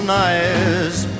nice